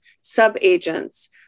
sub-agents